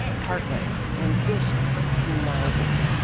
heartless, ambitious, conniving.